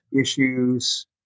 issues